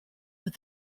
were